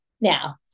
Now